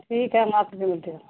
ٹھیک ہے مت بھیل د